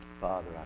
Father